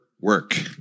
work